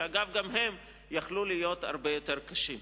שדרך אגב גם הם יכלו להיות הרבה יותר קשים.